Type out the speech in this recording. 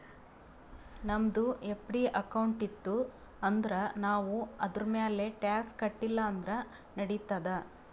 ನಮ್ದು FD account ಇತ್ತು ಅಂದುರ್ ನಾವ್ ಅದುರ್ಮ್ಯಾಲ್ ಟ್ಯಾಕ್ಸ್ ಕಟ್ಟಿಲ ಅಂದುರ್ ನಡಿತ್ತಾದ್